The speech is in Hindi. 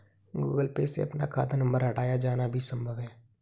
गूगल पे से अपना खाता नंबर हटाया जाना भी संभव है